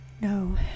No